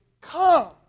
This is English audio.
come